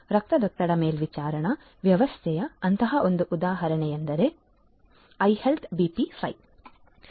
ರಕ್ತದೊತ್ತಡ ಮೇಲ್ವಿಚಾರಣಾ ವ್ಯವಸ್ಥೆಯ ಅಂತಹ ಒಂದು ಉದಾಹರಣೆಯೆಂದರೆ ಐಹೆಲ್ತ್ ಬಿಪಿ 5